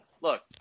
Look